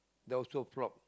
that also flop